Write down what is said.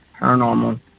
paranormal